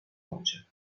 voce